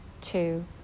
two